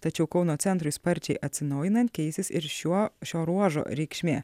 tačiau kauno centrui sparčiai atsinaujinant keisis ir šiuo šio ruožo reikšmė